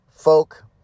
folk